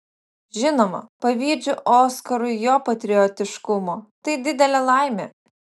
žinoma pavydžiu oskarui jo patriotiškumo tai didelė laimė